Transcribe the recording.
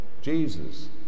Jesus